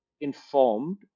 informed